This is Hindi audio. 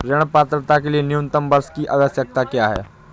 ऋण पात्रता के लिए न्यूनतम वर्ष की आवश्यकता क्या है?